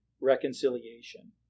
reconciliation